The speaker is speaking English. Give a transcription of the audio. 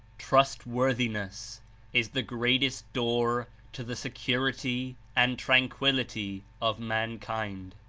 trustworthiness is the greatest door to the se curity and tranquility of mankind.